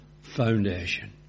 foundation